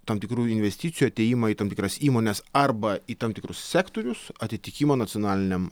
tam tikrų investicijų atėjimą į tam tikras įmones arba į tam tikrus sektorius atitikimą nacionaliniam